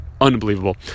unbelievable